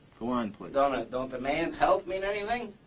go on, please. don't and don't the man's health mean anything?